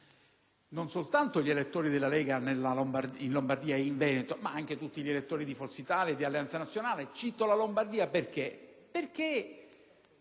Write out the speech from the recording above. soltanto agli elettori della Lega in Lombardia e in Veneto, ma anche a tutti gli altri di Forza Italia e di Alleanza Nazionale. Cito la Lombardia perché, sin